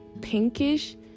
pinkish